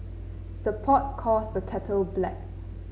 the pot calls the kettle black